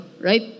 right